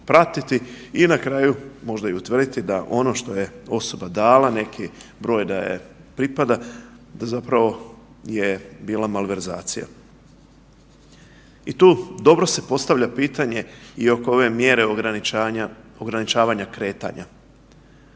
i na kraju možda i utvrditi da ono što je osoba dala neki broj da joj pripada zapravo je bila malverzacija. I tu dobro se postavlja pitanje i oko ove mjere ograničavanja kretanja.